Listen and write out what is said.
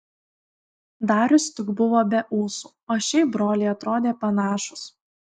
darius tik buvo be ūsų o šiaip broliai atrodė panašūs